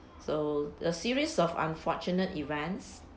so a series of unfortunate events